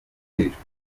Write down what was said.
karrueche